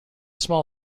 small